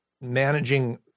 managing